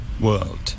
world